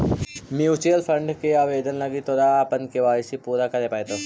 mutual fund के आवेदन लागी तोरा अपन के.वाई.सी पूरा करे पड़तो